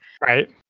right